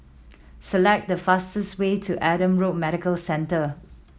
select the fastest way to Adam Road Medical Centre